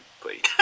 please